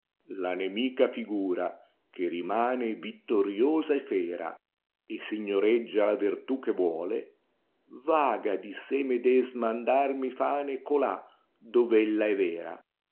la nemica figura che rimane vittoriosa e fera e signoreggia la vertù che mole taga di sé medesma andar mi fané colà dove ella è vera